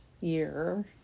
year